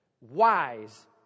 Wise